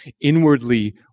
inwardly